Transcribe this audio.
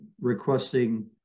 requesting